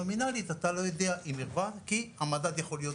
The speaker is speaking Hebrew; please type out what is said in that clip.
נומינלית אתה לא יודע אם --- כי המדד יכול להיות